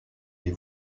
les